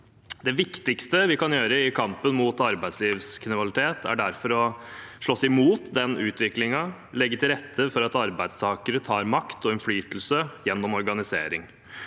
Det viktigste vi kan gjøre i kampen mot arbeidslivskriminalitet, er derfor å slåss imot den utviklingen, legge til rette for at arbeidstakere tar makt og innflytelse gjennom organisering,